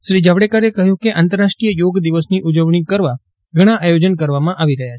શ્રી જાવડેકરે કહયું કે આંતરરાષ્ટ્રીય યોગ દિવસની ઉજવણી કરવા ઘણા આયોજન કરવામાં આવી રહયાં છે